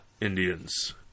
Indians